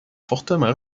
fortement